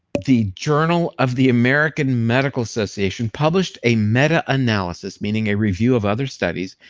the journal of the american medical association published a meta-analysis, meaning a review of other studies,